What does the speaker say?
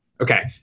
Okay